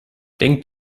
denkt